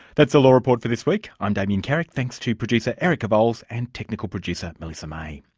that's the law report for this week, i'm damien carrick, thanks to producer erica vowles and technical producer melissa may.